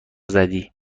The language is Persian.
زدی